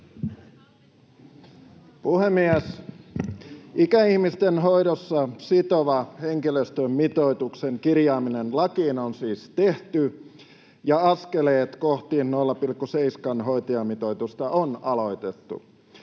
Puhemies! Ikäihmisten hoidossa sitova henkilöstön mitoituksen kirjaaminen lakiin on siis tehty, ja askeleet kohti 0,7:n hoitajamitoitusta on aloitettu.